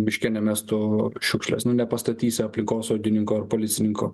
miške nemestų šiukšlė nepastatysi aplinkosaugininko ir policininko